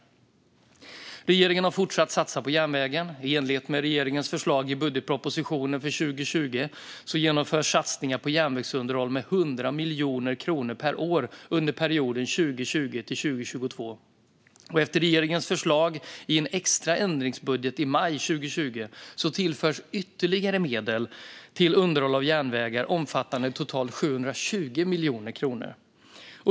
Regeringen har fortsatt att satsa på järnvägen. I enlighet med regeringens förslag i budgetpropositionen för 2020 genomförs satsningar på järnvägsunderhåll med 100 miljoner kronor per år under perioden 2020-2022. Efter regeringens förslag i en extra ändringsbudget i maj 2020 tillförs ytterligare medel till underhåll av järnvägar omfattande totalt 720 miljoner kronor.